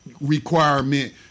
requirement